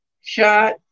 shot